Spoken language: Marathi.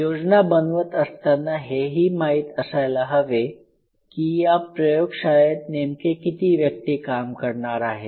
योजना बनवत असताना हे ही माहीत असायला हवे की या प्रयोगशाळेत नेमके किती व्यक्ती काम करणार आहेत